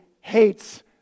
hates